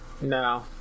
No